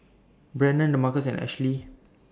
Brannon Demarcus and Ashli